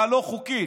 והלא-חוקית,